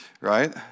right